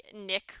Nick